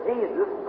Jesus